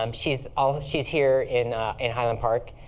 um she's ah she's here in in highland park.